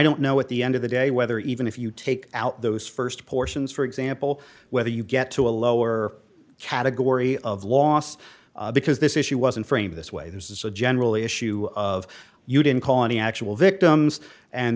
don't know at the end of the day whether even if you take out those st portions for example whether you get to a lower category of loss because this issue wasn't framed this way this is so general issue of you didn't call any actual victims and